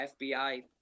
fbi